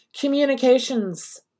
communications